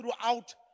throughout